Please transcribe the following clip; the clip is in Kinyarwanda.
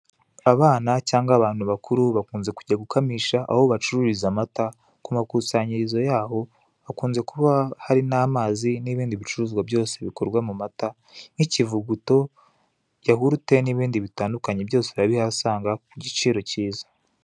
Abana cyangwa abantu bakuru bakunze kujya gukamisha aho bacururiza amata ku makusanyirizo yaho hakunze kuba hari n'amazi nibindi bicuruzwa bikorwa mu mata nk'ikivuguto, yahurute nibindi bitandukanye byose urabihasanga ku giciro cyiza,